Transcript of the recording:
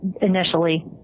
initially